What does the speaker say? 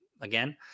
again